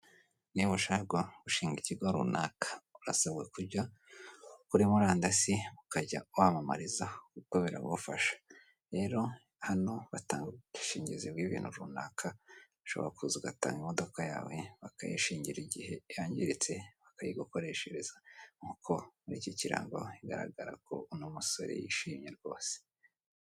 niba ushaka gushinga ikigo runaka urasabwa kujya muri murandasi ukajya wamamariza ubukwe biragufasha rero hano batanga ubwishingizi bw'ibintu runaka ushobora kuza ugatanga imodoka yawe bakayishingira igihe yangiritse bakayigukoreshereza kuko muri iki kirango bigaragara ko uno musore yishimye rwose